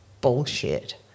bullshit